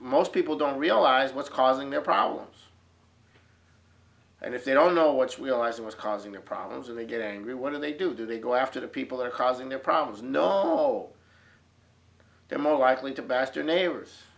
most people don't realize what's causing their problems and if they don't know what's realizing what's causing their problems and they get angry what do they do do they go after the people who are causing their problems no they're more likely to baster neighbors